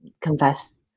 confess